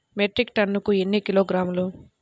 Metric టన్నుకు ఎన్ని కిలోగ్రాములు?